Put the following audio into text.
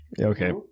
Okay